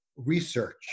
research